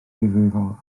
ddifrifol